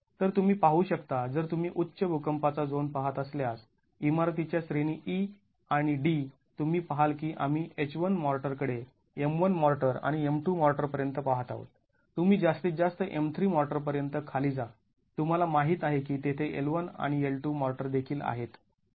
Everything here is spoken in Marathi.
तर तुम्ही पाहू शकता जर तुम्ही उच्च भूकंपाचा झोन पाहत असल्यास इमारतीच्या श्रेणी E आणि D तुम्ही पहाल की आम्ही H 1 मॉर्टर कडे M 1 मॉर्टर आणि M 2 मॉर्टरपर्यंत पहात आहोत तुम्ही जास्तीत जास्त M 3 मॉर्टर पर्यंत खाली जा तुम्हाला माहित आहे की तेथे L 1 आणि L 2 मॉर्टर देखील आहेत